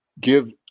give